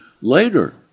later